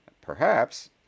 Perhaps